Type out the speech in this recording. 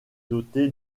doté